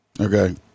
Okay